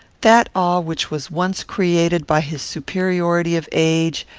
that awe which was once created by his superiority of age,